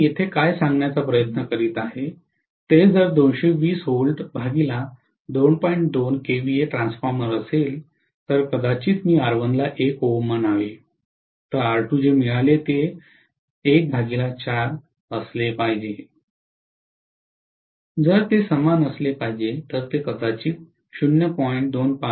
तर मी येथे काय सांगण्याचा प्रयत्न करीत आहे ते जर ट्रान्सफॉर्मर असेल तर कदाचित मी R1 ला 1 Ω म्हणावे तर R2 जे मिळाले ते असले पाहिजे जर ते समान असले पाहिजे तर ते कदाचित 0